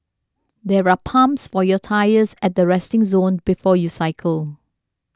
there are pumps for your tyres at the resting zone before you cycle